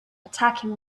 attacking